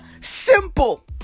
simple